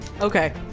okay